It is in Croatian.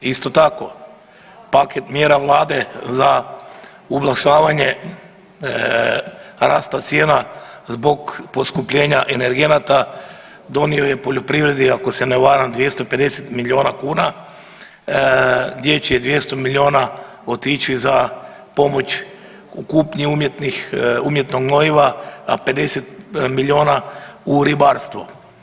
Isto tako paket mjera Vlade za ublažavanje rasta cijena zbog poskupljenja energenata donio je poljoprivredi ako se ne varam 250 milijuna kuna, gdje će 200 milijuna otići za pomoć u kupnji umjetnog gnojiva, a 50 milijuna u ribarstvo.